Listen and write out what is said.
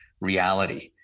reality